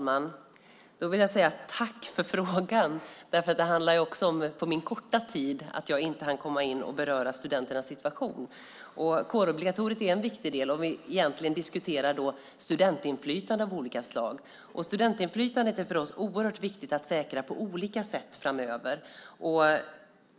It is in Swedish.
Fru talman! Tack för frågan. På min korta tid hann jag inte beröra studenternas situation. Kårobligatoriet är en viktig del, om vi diskuterar studentinflytande av olika slag. Det är oerhört viktigt för oss att säkra studentinflytandet på olika sätt framöver.